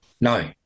no